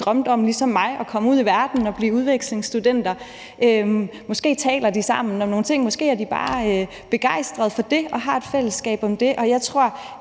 drømmer at komme ud i verden og blive udvekslingsstudent. Måske taler de sammen om nogle ting. Måske er de bare begejstret for det og har et fællesskab om det. Jeg tror,